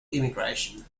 immigration